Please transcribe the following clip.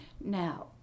Now